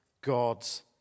God's